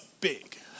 big